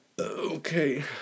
Okay